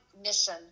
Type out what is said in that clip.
mission